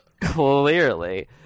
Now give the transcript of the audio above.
Clearly